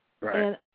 Right